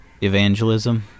evangelism